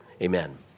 Amen